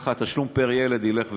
ככה התשלום פר ילד ילך וירד.